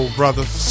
brothers